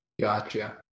Gotcha